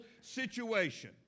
situation